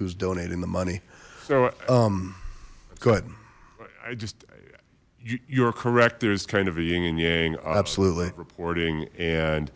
who's donating the money so good i just you're correct there's kind of a yin and yang absolutely reporting and